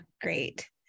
great